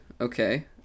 Okay